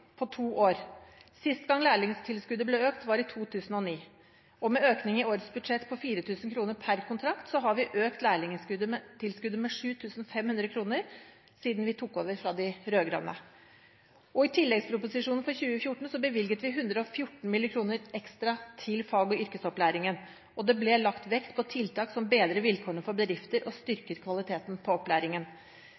lærlingtilskuddet to ganger på to år. Sist gang lærlingtilskuddet ble økt, var i 2009. Og med en økning i årets budsjett på 4 000 kr per kontrakt har vi økt lærlingtilskuddet med 7 500 kr siden vi tok over etter de rød-grønne. I tilleggsproposisjonen for 2014 bevilget vi 114 mill. kr ekstra til fag- og yrkesopplæringen, og det ble lagt vekt på tiltak som bedrer vilkårene for bedrifter, og